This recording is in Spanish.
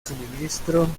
suministro